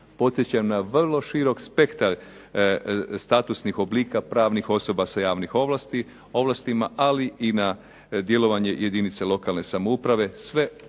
Podsjećam na vrlo širok spektar statusnih oblika pravnih osoba sa javnih ovlastima, ali i na djelovanje jedinica lokalne samouprave,